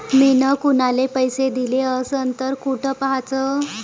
मिन कुनाले पैसे दिले असन तर कुठ पाहाचं?